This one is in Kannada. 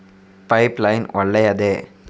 ಪೈಪ್ ಲೈನ್ ಒಳ್ಳೆಯದೇ?